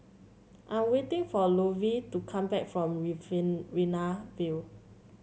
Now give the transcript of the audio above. I'm waiting for Lovie to come back from View